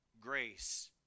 Grace